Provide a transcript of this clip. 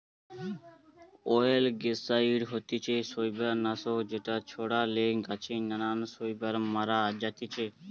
অয়েলগেসাইড হতিছে শৈবাল নাশক যেটা ছড়ালে গাছে নানান শৈবাল মারা জাতিছে